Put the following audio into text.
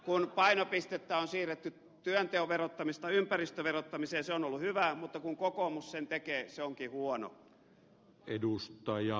kun painopistettä on siirretty työnteon verottamisesta ympäristön verottamiseen se on ollut hyvää mutta kun kokoomus sen tekee se onkin huonoa